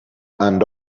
and